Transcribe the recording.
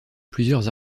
plusieurs